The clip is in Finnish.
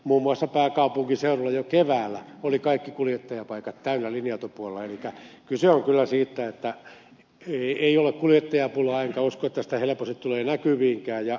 muun muassa pääkaupunkiseudulla jo keväällä olivat kaikki kuljettajan paikat täynnä linja autopuolella elikkä kyse on kyllä siitä että ei ole kuljettajapulaa enkä usko että sitä helposti tulee näkyviinkään